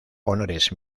honores